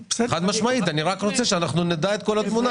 יש חומרים נוספים בתוך המשקאות הללו.